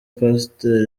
pastor